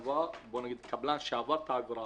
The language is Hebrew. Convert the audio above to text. ההרחבה - קבלן שעבר עבירה